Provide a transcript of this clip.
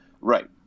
Right